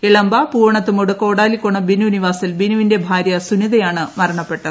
ഇളമ്പ പൂവണത്ത്മൂട് കോടാലികോണം ബിനു നിവാസിൽ ബിനുവിന്റെ ഭാര്യ സുനിതയാണ് മരണപ്പെട്ടത്